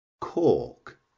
cork